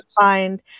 find